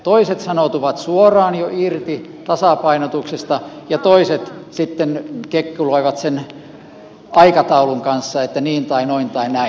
toiset sanoutuvat suoraan jo irti tasapainotuksesta ja toiset sitten kekkuloivat sen aikataulun kanssa että niin tai noin tai näin